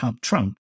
Trump